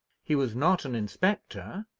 he was not an inspector,